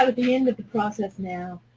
at at the end of the process now.